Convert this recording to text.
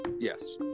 Yes